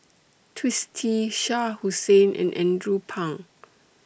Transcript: Twisstii Shah Hussain and Andrew Phang